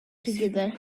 together